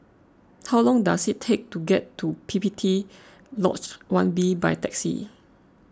how long does it take to get to P P T Lodge one B by taxi